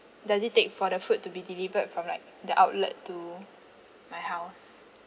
does it take for the food to be delivered from like the outlet to my house